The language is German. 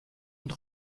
und